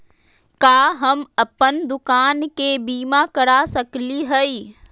का हम अप्पन दुकान के बीमा करा सकली हई?